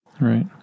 Right